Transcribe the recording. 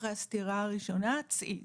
אחרי הסטירה הראשונה צאי".